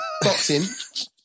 boxing